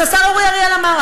אז השר אורי אריאל אמר,